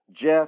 Jeff